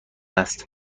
است